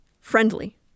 friendly